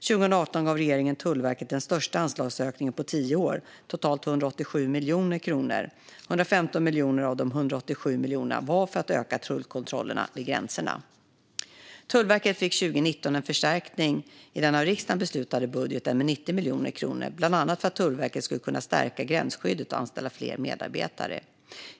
År 2018 gav regeringen Tullverket den största anslagsökningen på tio år, totalt 187 miljoner kronor. 115 miljoner av de 187 miljonerna var för att öka tullkontrollerna vid gränserna. Tullverket fick 2019 en förstärkning i den av riksdagen beslutade budgeten med 90 miljoner kronor, bland annat för att Tullverket skulle kunna stärka gränsskyddet och anställa fler medarbetare.